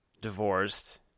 divorced